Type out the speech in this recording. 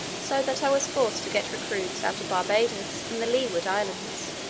so that i was forced to get recruits out of barbadoes and the leeward islands,